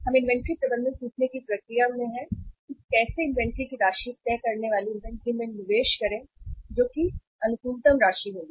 हम इन्वेंट्री प्रबंधन सीखने की प्रक्रिया में है कि कैसे इन्वेंट्री की राशि तय करने वाली इन्वेंट्री में निवेश करें जो कि अनुकूलतम राशि होगी